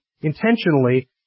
intentionally